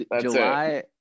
July